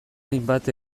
hainbat